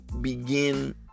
begin